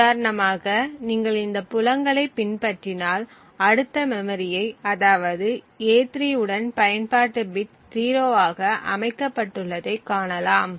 உதாரணமாக நீங்கள் இந்த புலங்களைப் பின்பற்றினால் அடுத்த மெமரியை அதாவது a3 உடன் பயன்பாட்டு பிட் 0 ஆக அமைக்கப்பட்டுள்ளதை காணலாம்